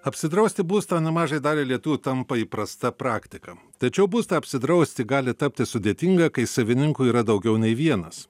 apsidrausti būstą nemažai daliai lietuvių tampa įprasta praktika tačiau būstą apsidrausti gali tapti sudėtinga kai savininkų yra daugiau nei vienas